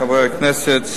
חברי הכנסת,